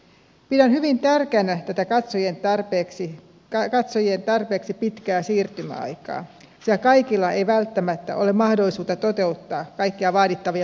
pidän hyvin tärkeänä tätä katsojien tarpeeksi pitkää siirtymäaikaa sillä kaikilla ei välttämättä ole mahdollisuutta toteuttaa kaikkia vaadittavia toimenpiteitä heti